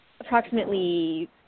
approximately